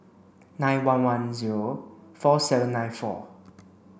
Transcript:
nine one one zero four seven nine four